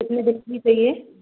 कितने दिन की चाहिए